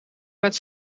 met